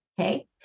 Okay